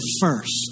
first